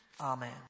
Amen